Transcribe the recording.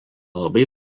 labai